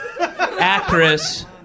actress